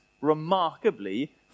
remarkably